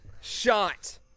Shot